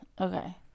Okay